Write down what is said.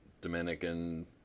dominican